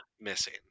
missing